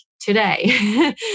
today